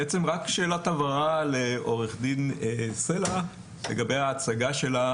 שאלת הבהרה לעו"ד סלע לגבי ההצגה שלה.